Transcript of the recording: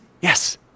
Yes